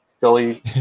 Philly